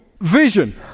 vision